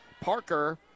Parker